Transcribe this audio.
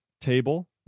table